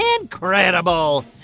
Incredible